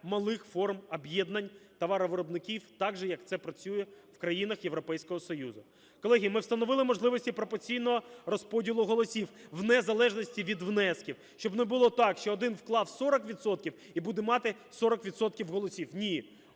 малих форм об'єднань товаровиробників, так же, як це працює в країнах Європейського Союзу. Колеги, ми встановили можливості пропорційного розподілу голосів в незалежності від внесків, щоб не було так, що один вклав 40 відсотків і буде мати 40 відсотків